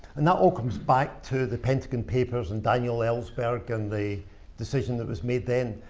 and that all comes back to the pentagon papers, and daniel ellsberg, and the decision that was made then.